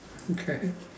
okay